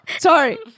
sorry